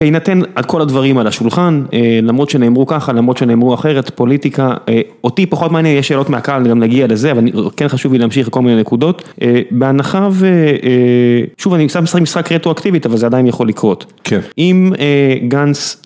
בהינתן, כל הדברים על השולחן, למרות שנאמרו ככה, למרות שנאמרו אחרת, פוליטיקה אותי פחות מעניין. יש שאלות מהקהל, גם נגיע לזה אבל כן חשוב לי להמשיך כל מיני נקודות. בהנחה, ושוב, אני סתם משחק משחק רטרו אקטיבית אבל זה עדיין יכול לקרות. כן. אם גנץ...